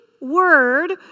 word